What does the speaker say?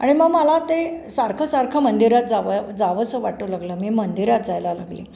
आणि मग मला ते सारखं सारखं मंदिरात जावंया जावंसं वाटू लागलं मी मंदिरात जायला लागली